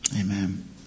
Amen